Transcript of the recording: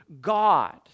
God